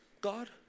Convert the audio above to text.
God